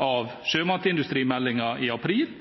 av sjømatindustrimeldingen i april